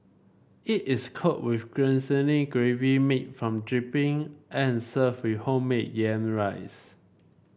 it is coated with glistening gravy made from dripping and served with homemade yam rice